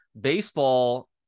Baseball